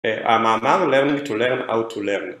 המאמר learning to learn how to learn